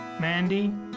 Mandy